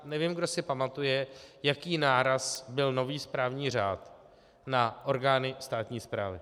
Nevím, kdo si pamatuje, jaký náraz byl nový správní řád na orgány státní správy.